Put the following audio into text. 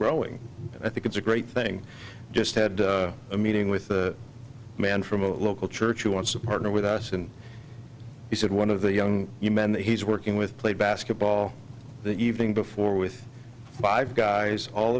growing and i think it's a great thing just had a meeting with a man from a local church who wants to partner with us and he said one of the young men that he's working with played basketball the evening before with five guys all